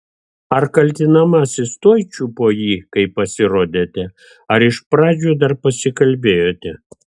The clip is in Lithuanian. ar kaltinamasis tuoj čiupo jį kai pasirodėte ar iš pradžių dar pasikalbėjote